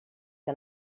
que